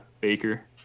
baker